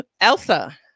Elsa